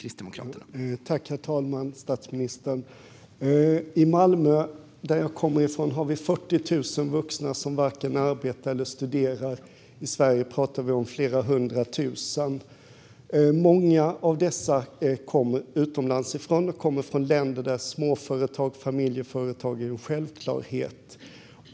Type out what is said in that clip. Herr talman! I Malmö, där jag kommer ifrån, har vi 40 000 vuxna som varken arbetar eller studerar. I Sverige pratar vi om flera hundratusen. Många av dessa kommer utomlands ifrån, från länder där småföretag och familjeföretag är en självklarhet.